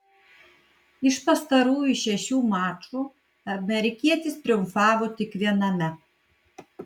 iš pastarųjų šešių mačų amerikietis triumfavo tik viename